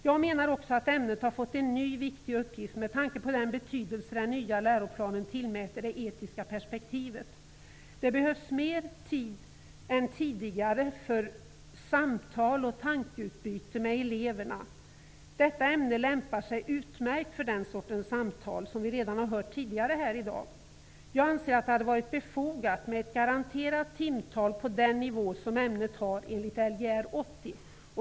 Jag menar också att ämnet har fått en ny viktig uppgift med tanke på den betydelse som man i den nya läroplanen tillmäter det etiska perspektivet. Det behövs mer tid än tidigare för samtal och tankeutbyte med eleverna. Detta ämne lämpar sig, som vi hört tidigare i dag, utmärkt för den sortens samtal. Jag anser att det hade varit befogat med ett garanterat timtal på den nivå som ämnet har enligt Lgr 80.